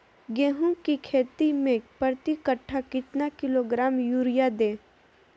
गेंहू की खेती में प्रति कट्ठा कितना किलोग्राम युरिया दे?